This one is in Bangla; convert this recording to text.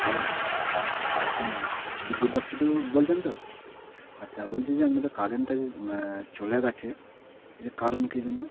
হ্যালো বিদ্যুৎ দপ্তর থেকে বলছেন তো আচ্ছা বলছি যে আপনাদের কারেন্টটা যে চলে গিয়েছে এ যে কারণ কী জন্য